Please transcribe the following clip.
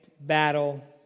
battle